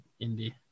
indie